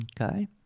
Okay